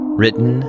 written